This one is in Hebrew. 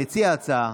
מציע ההצעה,